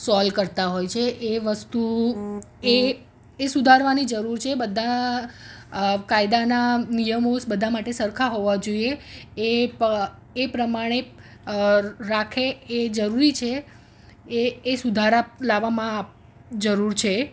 solve કરતા હોય છે એ વસ્તુ એ એ સુધારવાની જરૂર છે બધા અ કાયદાના નિયમો બધા માટે સરખા હોવા જોઈએ એ પ એ પ્રમાણે અ ર રાખે એ જરૂરી છે એ એ સુધારા લાવવામાં આ જરૂર છે